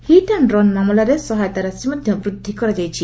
hit and run ମାମଲାରେ ସହାୟତା ରାଶି ବୃଦ୍ଧି କରାଯାଇଛି